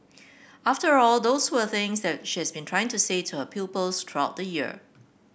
after all those were things that she has been trying to say to her pupils throughout the year